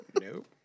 Nope